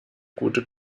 gute